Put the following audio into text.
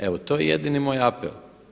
Evo, to je jedini moj apel.